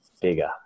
bigger